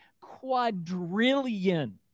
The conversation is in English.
quadrillion